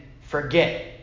forget